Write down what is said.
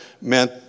meant